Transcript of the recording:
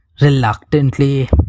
Reluctantly